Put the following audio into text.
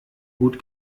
gut